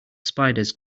spiders